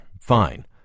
Fine